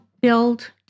build